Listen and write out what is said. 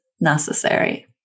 necessary